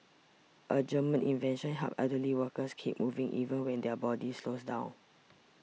a German invention helps elderly workers keep moving even when their body slows down